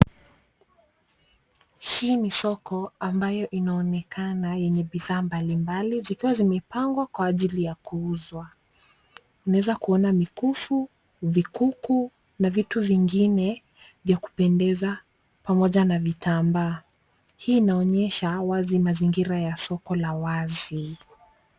Hii ni soko ambayo inaonekana yenye bidhaa mbalimbali zikiwa zimepangwa kwa ajili ya kuuzwa. Unaezaona mikufu, vikuku na vitu vingine vya kupendeza pamoja na vitambaa. Hii inaonyesha wazi mazingira ya soko la wazi.